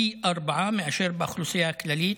פי ארבעה, מאשר באוכלוסייה הכללית,